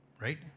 right